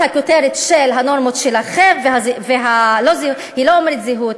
הכותרת של "הנורמות שלכם" היא לא אומרת זהות,